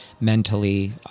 mentally